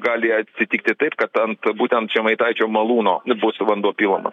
gali atsitikti taip kad ant būtent žemaitaičio malūno bus vanduo pilama